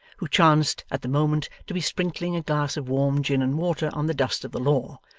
who chanced at the moment to be sprinkling a glass of warm gin and water on the dust of the law,